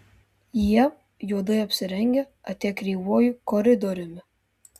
jie juodai apsirengę atėję kreivuoju koridoriumi